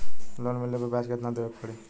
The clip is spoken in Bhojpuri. लोन मिलले पर ब्याज कितनादेवे के पड़ी?